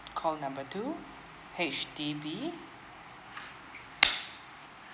call number two H_D_B